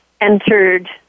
entered